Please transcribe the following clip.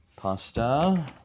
pasta